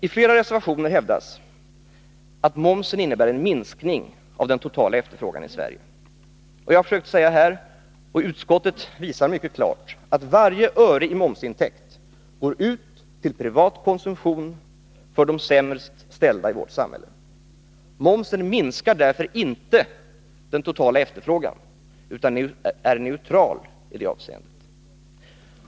I flera reservationer hävdas det att momsen innebär en minskning av den totala efterfrågan i Sverige. Jag har försökt säga här, och utskottet visar mycket klart, att varje öre i momsintäkt går ut till privat konsumtion för de sämst ställda i vårt samhälle. Momsen minskar därför inte den totala efterfrågan utan är neutral i det avseendet.